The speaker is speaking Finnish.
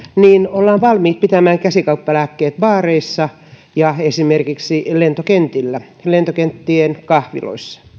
ollaan valmiit pitämään käsikauppalääkkeet baareissa ja esimerkiksi lentokentillä lentokenttien kahviloissa